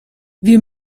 wir